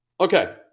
Okay